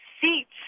seats